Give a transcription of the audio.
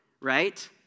right